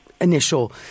initial